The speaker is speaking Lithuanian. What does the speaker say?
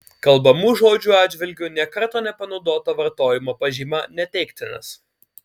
kalbamų žodžių atžvilgiu nė karto nepanaudota vartojimo pažyma neteiktinas